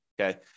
okay